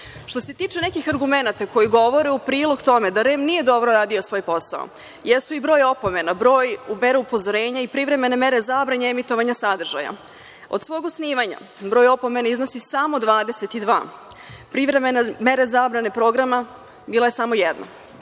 se tiče nekih argumenata koji govore u prilog tome da REM nije dobro radio svoj posao, jesu i broj opomena, broj mera upozorenja i privremene mere zabrane emitovanja sadržaja. Od svog osnivanja, broj opomena iznosi samo 22, privremene mere zabrane programa bila je samo jedna.